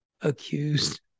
accused